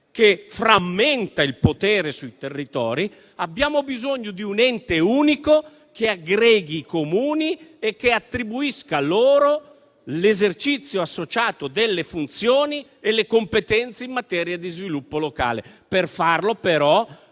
che frammenta il potere sui territori, abbiamo bisogno di un ente unico che aggreghi i Comuni e attribuisca loro l'esercizio associato delle funzioni e le competenze in materia di sviluppo locale. Per farlo, però,